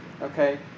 Okay